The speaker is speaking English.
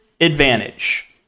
advantage